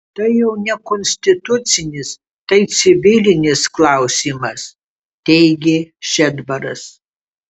tai jau ne konstitucinis tai civilinis klausimas teigė šedbaras